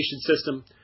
system